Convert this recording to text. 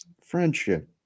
friendship